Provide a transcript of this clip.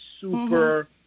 super